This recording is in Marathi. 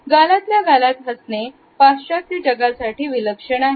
गालातल्या गालात हसणे पाश्चात्य जगासाठी विलक्षण आहे